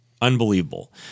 Unbelievable